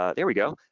ah there we go.